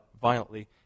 violently